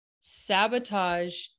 Sabotage